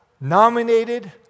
nominated